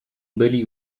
byli